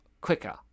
quicker